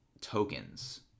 tokens